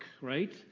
Right